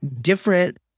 different